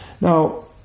Now